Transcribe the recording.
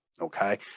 okay